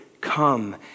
come